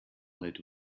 lid